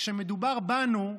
וכשמדובר בנו,